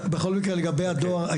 בכל מקרה לגבי הדואר,